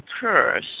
curse